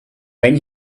when